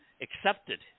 accepted